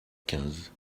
quinze